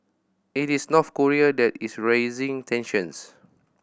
it is North Korea that is raising tensions